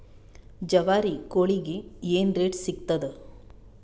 ಜವಾರಿ ಕೋಳಿಗಿ ಏನ್ ರೇಟ್ ಸಿಗ್ತದ?